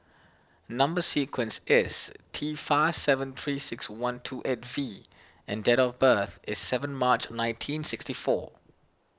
Number Sequence is T five seven three six one two eight V and date of birth is seven March nineteen sixty four